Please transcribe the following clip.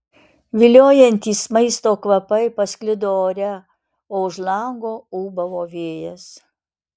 viliojantys maisto kvapai pasklido ore o už lango ūbavo vėjas